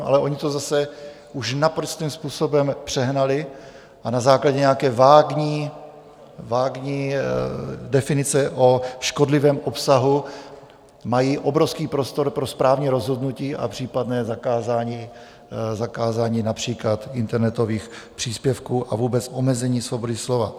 Ale oni to zase už naprostým způsobem přehnali a na základě nějaké vágní definice o škodlivém obsahu mají obrovský prostor pro správní rozhodnutí a případné zakázání například internetových příspěvků a vůbec omezení svobody slova.